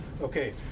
Okay